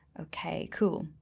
okay, cool.